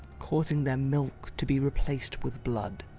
causing their milk to be replaced with blood.